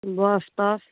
बस पास